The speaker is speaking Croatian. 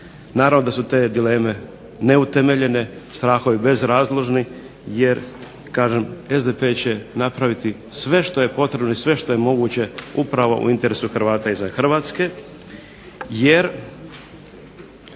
Naravno da su te dileme neutemeljene, strahovi bezrazložni jer kažem SDP će napraviti sve što je potrebno i sve što je moguće upravo u interesu Hrvata izvan Hrvatske, jer